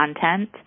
content